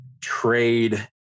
trade